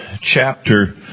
chapter